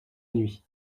nuit